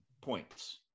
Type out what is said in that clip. points